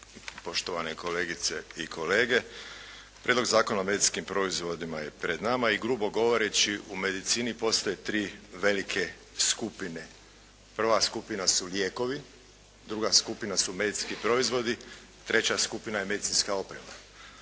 poštovane kolegice i kolege. Prijedlog zakona o medicinskim proizvodima je pred nama i grubo govoreći u medicini postoje tri velike skupine. Prva skupina su lijekovi, druga skupina su medicinski proizvodi, treća skupina je medicinska oprema